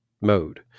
mode